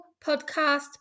Podcast